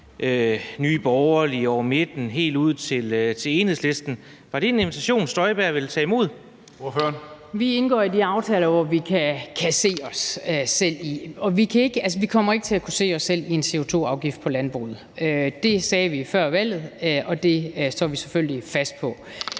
næstformand (Karsten Hønge): Ordføreren. Kl. 15:17 Inger Støjberg (DD): Vi indgår i de aftaler, som vi kan se os selv i, og vi kommer ikke til at kunne se os selv i en CO2-afgift på landbruget. Det sagde vi før valget, og det står vi selvfølgelig fast på.